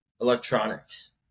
electronics